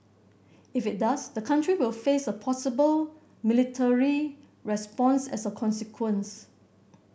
if it does the country will face a possible military response as a consequence